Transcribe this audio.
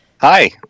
Hi